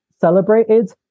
celebrated